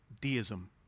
deism